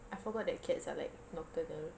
I forgot that cats are like nocturnal